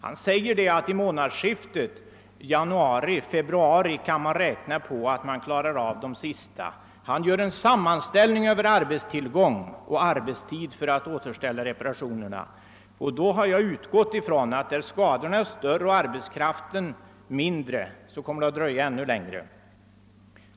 Han säger att man kan räkna med att de sista reparationerna kan klaras av i månadsskiftet januari—februari. Han gör också en sammanställning av arbetskraft och erforderlig arbetstid för att få reparationerna gjorda, och då har jag utgått från att där skadorna är större och arbetskraften mindre kommer det att dröja ännu längre.